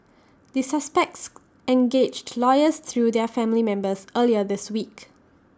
the suspects engaged lawyers through their family members earlier this week